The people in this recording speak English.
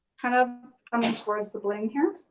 kind of coming towards the bling here.